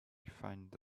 find